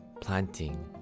planting